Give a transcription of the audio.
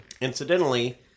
Incidentally